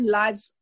lives